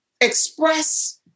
express